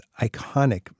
iconic